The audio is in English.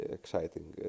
exciting